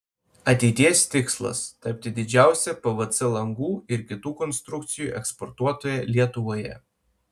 ateities tikslas tapti didžiausia pvc langų ir kitų konstrukcijų eksportuotoja lietuvoje